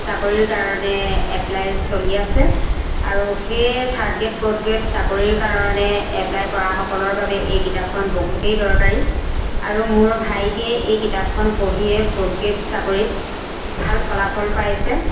চাকৰিৰ কাৰণে এপ্লাই চলি আছে আৰু সেই থাৰ্ড গ্ৰেড ফ'ৰ্থ গ্ৰেড চাকৰিৰ কাৰণে এপ্লাই কৰাসকলৰ বাবে এই কিতাপখন বহুতেই দৰকাৰী আৰু মোৰ ভাইটিয়ে এই কিতাপখন পঢ়িয়ে ফ'ৰ্থ গ্ৰেড চাকৰিত ভাল ফলাফল পাইছে